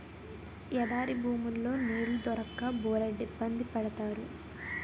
ఎడారి భూముల్లో నీళ్లు దొరక్క బోలెడిబ్బంది పడతారు